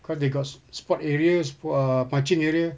cause they got sp~ sport areas err marching area